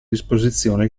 disposizione